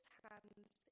hands